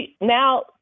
now